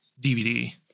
DVD